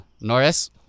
Norris